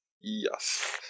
Yes